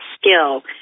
skill